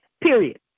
period